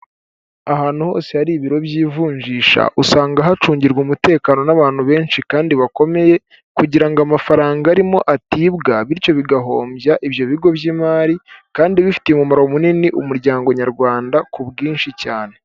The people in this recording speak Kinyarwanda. Ahantu hose hari ibiro by'ivunjisha usanga hacungirwa umutekano n'abantu benshi kandi bakomeye, kugira ngo amafaranga arimo atibwa bityo bigahombya ibyo bigo by'imari, kandi bifitiye umumaro munini umuryango nyarwanda ku bwinshi cyane.